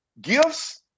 gifts